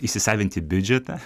įsisavinti biudžetą